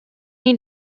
need